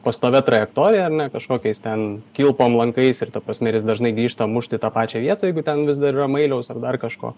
pastovia trajektorija ar ne kažkokiais ten kilpom lankais ir ta prasme ir jis dažnai grįžta mušti į tą pačią vietą jeigu ten vis dar yra mailiaus ar dar kažko